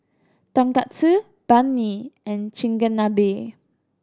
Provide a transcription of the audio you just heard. Tonkatsu Banh Mi and Chigenabe